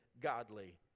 godly